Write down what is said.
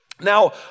Now